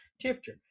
temperature